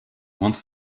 once